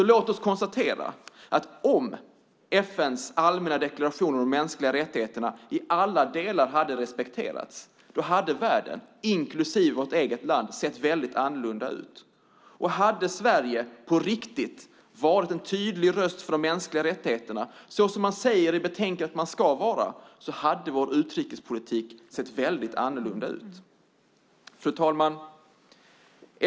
Låt oss konstatera att om FN:s allmänna deklaration om de mänskliga rättigheterna i alla delar hade respekterats hade världen, inklusive vårt eget land, sett väldigt annorlunda ut. Hade Sverige på riktigt varit en tydlig röst för de mänskliga rättigheterna, såsom man säger i betänkandet att vi ska vara, hade vår utrikespolitik sett väldigt annorlunda ut. Fru talman!